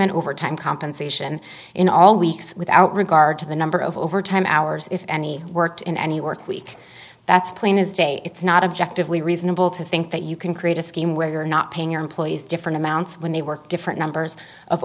retirement overtime compensation in all weeks without regard to the number of overtime hours if any worked in any work week that's plain as day it's not objective we reasonable to think that you can create a scheme where you are not paying your employees different amounts when they work different numbers of